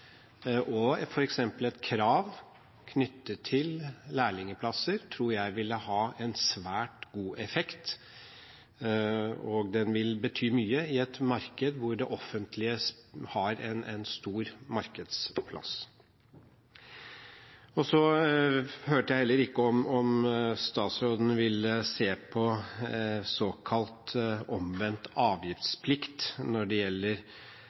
ville hatt en svært god effekt. Og det vil bety mye i et marked hvor det offentlige utgjør en stor del. Så hørte jeg heller ikke om statsråden ville se på såkalt omvendt avgiftsplikt når det gjelder